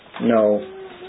no